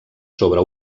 sobre